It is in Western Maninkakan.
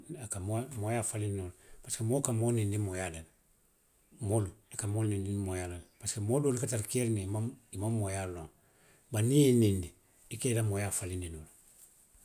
Mee a ka moo, mooyaa faliŋ noo le. Parisiko moo ka moo nikinndi mooyaa la le. Moolu i ka moo nikinndi mooyaa la le. Prisiko moo doolu ka tara keeriŋ ne i maŋ, i maŋ mooyaa loŋ bari niŋ i ye i nikinndi, i ka i la mooyaa falinndi noo le.